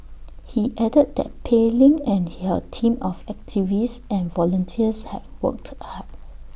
he added that Pei Ling and her team of activists and volunteers have worked hard